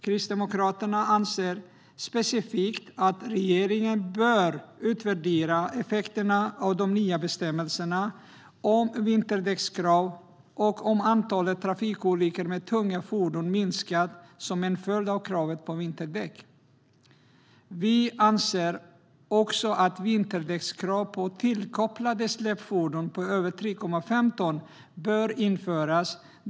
Kristdemokraterna anser specifikt att regeringen bör utvärdera effekterna av de nya bestämmelserna om krav på vinterdäck och ifall antalet trafikolyckor med tunga fordon minskat som en följd av kravet på vinterdäck. Vi anser också att krav på vinterdäck på tillkopplade släpfordon på över 3,5 ton bör införas.